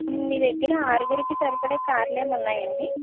మీ దగ్గర ఆరుగురికి సరిపడే కార్లు ఏం ఉన్నాయండి